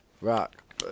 rock